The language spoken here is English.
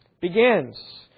begins